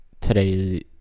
Today